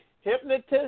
hypnotist